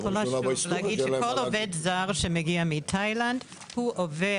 אני יכולה להגיד שכל עובד זר שמגיע מתאילנד עובר